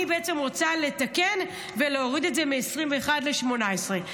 אני רוצה לתקן ולהוריד את זה מ-21 ל-18.